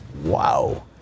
wow